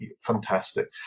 fantastic